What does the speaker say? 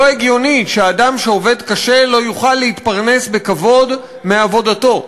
לא הגיוני שאדם שעובד קשה לא יוכל להתפרנס בכבוד מעבודתו.